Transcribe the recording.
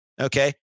Okay